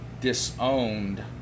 disowned